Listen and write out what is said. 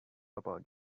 about